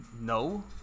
No